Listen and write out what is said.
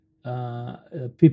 People